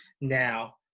now